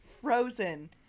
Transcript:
frozen